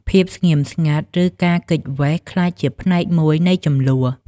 ភាពស្ងៀមស្ងាត់ ឬការគេចវេសក្លាយជាផ្នែកមួយនៃជម្លោះ។